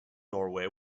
norway